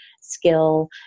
skill